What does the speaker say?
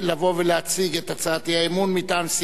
ולהציג את הצעת האי-אמון מטעם סיעתו,